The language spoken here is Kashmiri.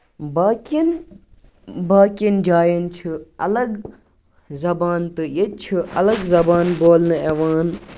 باقٮ۪ن باقٮ۪ن جایَن چھِ اَلگ زبان تہٕ ییٚتہِ چھِ اَلگ زبان بولنہٕ یِوان